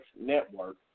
Network